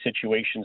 situations